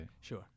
sure